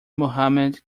muhammad